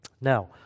Now